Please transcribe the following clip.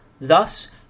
Thus